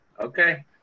Okay